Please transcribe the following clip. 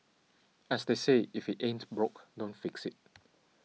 as they say if it ain't broke don't fix it